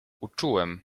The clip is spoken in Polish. uczułem